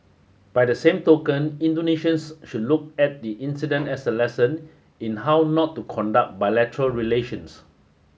by the same token Indonesians should look at the incident as a lesson in how not to conduct bilateral relations